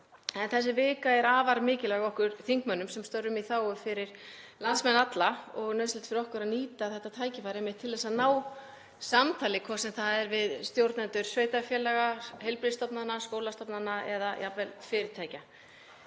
Þessi vika er afar mikilvæg okkur þingmönnum sem störfum í þágu landsmanna allra og nauðsynlegt fyrir okkur að nýta þetta tækifæri einmitt til að ná samtali, hvort sem það er við stjórnendur sveitarfélaga, heilbrigðisstofnana, skólastofnana eða jafnvel fyrirtækja.